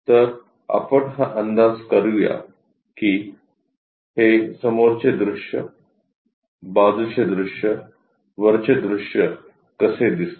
तर आपण हा अंदाज करूया की हे समोरचे दृश्य बाजूचे दृश्य वरचे दृश्य कसे दिसते